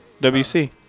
WC